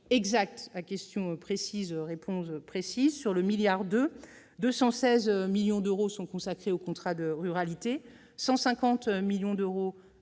somme. À question précise, réponse précise : sur 1,2 milliard d'euros, 216 millions d'euros sont consacrés aux contrats de ruralité ; 150 millions d'euros